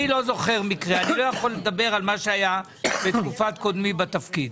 אני לא יכול לדבר על מה שהיה בתקופת קודמי בתפקיד.